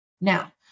Now